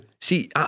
See